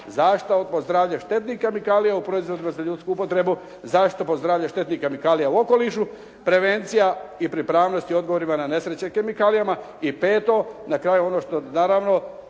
zaštita po zdravlje štetnih kemikalija u proizvodima za ljudsku upotrebu, zaštita po zdravlje štetnih kemikalija u okolišu, prevencija i pripravnost i odgovorima na nesreće kemikalijama. I peto, na kraju ono što je naravno